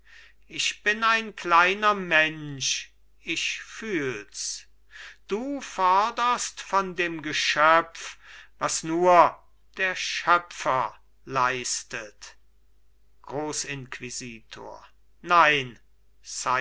ich bin ein kleiner mensch ich fühls du forderst von dem geschöpf was nur der schöpfer leistet grossinquisitor nein